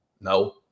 No